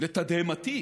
לתדהמתי